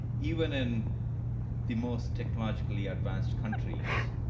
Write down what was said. even in the most technologically advanced countries,